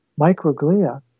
microglia